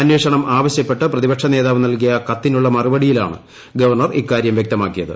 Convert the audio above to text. അന്വേഷണം ആവശൃപ്പെട്ട് പ്രതിപക്ഷ നേതാവ് നൽകിയ കത്തിനുളള മറുപടിയിലാണ് ഗവർണർ ഇക്കാരൃം വൃക്തമാക്കിയത്